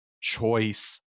choice